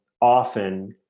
often